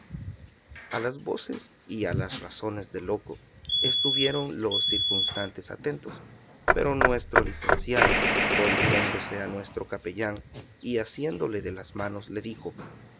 a las voces y a las razones del loco estuvieron los circustantes atentos pero nuestro licenciado volviéndose a nuestro capellán y asiéndole de las manos le dijo